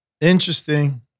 Interesting